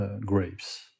grapes